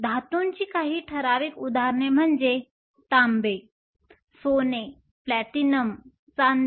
धातूंची काही ठराविक उदाहरणे म्हणजे तांबे सोने प्लॅटिनम चांदी